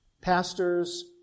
Pastors